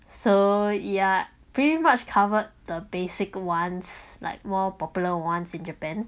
so yeah pretty much covered the basic ones like more popular ones in japan